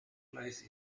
place